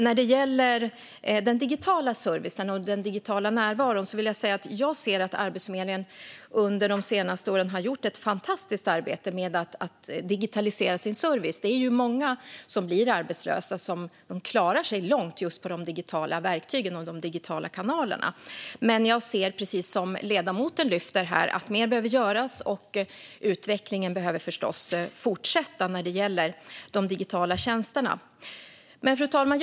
När det gäller den digitala servicen och den digitala närvaron ser jag att Arbetsförmedlingen under de senaste åren har gjort ett fantastiskt arbete med att digitalisera sin service. Det är många som blir arbetslösa som klarar sig långt med de digitala verktygen och de digitala kanalerna. Men jag ser precis som ledamoten lyfter fram här att mer behöver göras. Utvecklingen behöver förstås fortsätta när det gäller de digitala tjänsterna. Fru talman!